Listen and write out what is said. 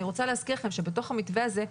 אני רוצה להזכיר לכם שבתוך המתווה הזה,